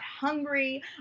hungry